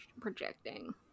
projecting